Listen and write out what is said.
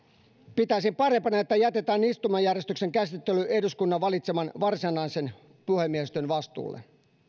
pitäisin parempana että jätetään istumajärjestyksen käsittely eduskunnan valitseman varsinaisen puhemiehistön vastuulle